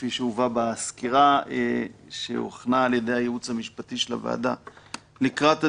כפי שהובא בסקירה שהוכנה על ידי הייעוץ המשפטי של הוועדה לקראת הדיון.